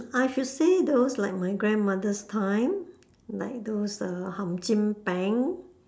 I should say those like my grandmother's time like those uh